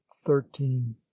thirteen